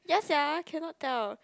ya sia cannot tell